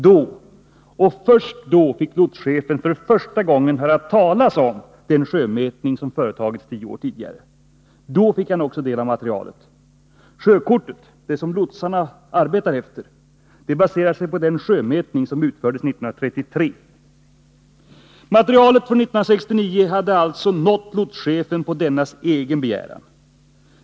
Då, och först då, fick lotschefen för första gången höra talas om den sjömätning som företagits tio år tidigare. Då fick han också ta del av materialet. Sjökortet, det som lotsarna arbetar efter, baserar sig på den sjömätning som utfördes 1933! Materialet från 1969 hade alltså nått lotschefen på dennes egen begäran.